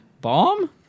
Bomb